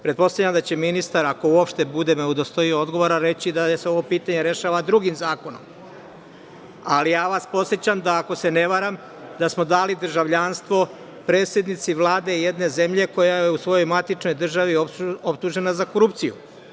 Pretpostavljam da će ministar, ako uopšte bude me udostojio odgovora, reći da se ovo pitanje rešava drugim zakonom, ali ja vas podsećam da ako se ne varam da smo dali državljanstvo predsednici Vlade jedne zemlje koja je u svojoj matičnoj državi optužena za korupciju.